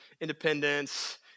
independence